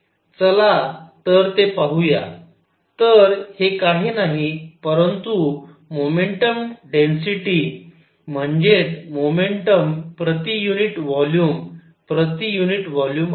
चला तर ते पाहूया तर हे काही नाही परंतु मोमेंटम डेन्सिटी म्हणजेच मोमेंटम प्रति युनिट व्हॉल्यूम प्रति युनिट व्हॉल्यूम आहे